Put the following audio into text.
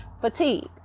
fatigue